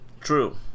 True